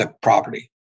property